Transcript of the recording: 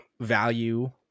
value